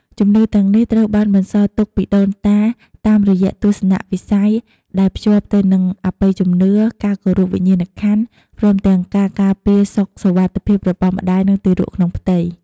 ជំនឿទាំងនេះត្រូវបានបន្សល់ទុកពីដូនតាតាមរយៈទស្សនៈវិស័យដែលភ្ជាប់ទៅនឹងអបិយជំនឿ ការគោរពវិញ្ញាណក្ខន្ធ ព្រមទាំងការការពារសុខសុវត្ថិភាពរបស់ម្តាយ និងទារកក្នុងផ្ទៃ។